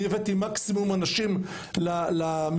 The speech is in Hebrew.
הבאתי מקסימום אנשים למתחם,